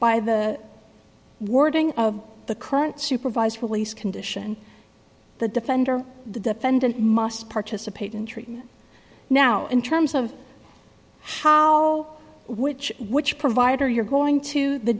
by the wording of the current supervised release condition the defender the defendant must participate in treatment now in terms of how which which provider you're going to the